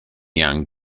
young